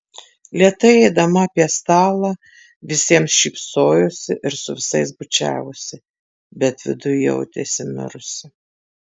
lėtai eidama apie stalą visiems šypsojosi ir su visais bučiavosi bet viduj jautėsi mirusi